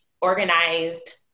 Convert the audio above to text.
organized